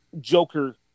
Joker